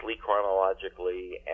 chronologically